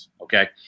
Okay